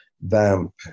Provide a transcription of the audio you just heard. vamp